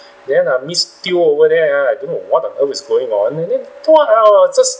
then uh miss teo over there ah I don't know what on earth is going on and then huat ah just